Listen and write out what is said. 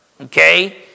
okay